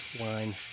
wine